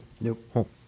Nope